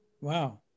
Wow